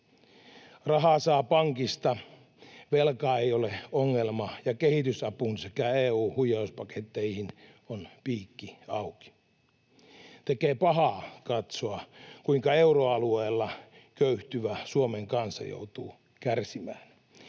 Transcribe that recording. Rahaa saa pankista, velka ei ole ongelma, ja kehitysapuun sekä EU:n huijauspaketteihin on piikki auki. Tekee pahaa katsoa, kuinka euroalueella köyhtyvä Suomen kansa joutuu kärsimään.